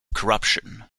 corruption